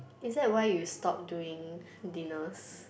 is that why you stop doing dinners